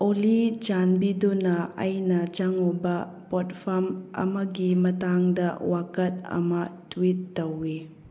ꯑꯣꯜꯂꯤ ꯆꯥꯟꯕꯤꯗꯨꯅ ꯑꯩꯅ ꯆꯪꯉꯨꯕ ꯄꯣꯠꯐꯝ ꯑꯃꯒꯤ ꯃꯇꯥꯡꯗ ꯋꯥꯀꯠ ꯑꯃ ꯇ꯭ꯋꯤꯠ ꯇꯧꯏ